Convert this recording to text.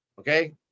okay